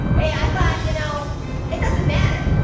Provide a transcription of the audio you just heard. hey, i thought you know it doesn't matter.